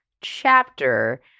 chapter